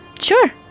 sure